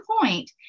point